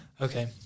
Okay